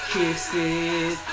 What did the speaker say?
Kisses